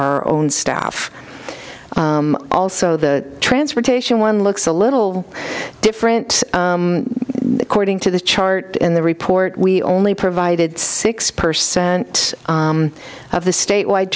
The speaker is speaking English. our own staff also the transportation one looks a little different cording to the chart in the report we only provided six percent of the statewide